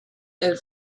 and